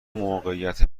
موقعیت